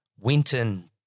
Winton